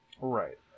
Right